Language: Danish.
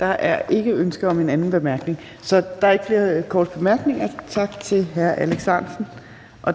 Der er ikke ønske om en anden bemærkning. Der er ikke flere korte bemærkninger. Tak til hr. Alex Ahrendtsen.